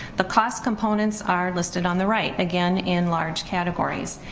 the cost components are listed on the right again in large categories.